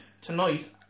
tonight